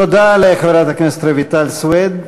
תודה לחברת הכנסת רויטל סויד.